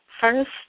first